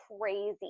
crazy